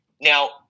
Now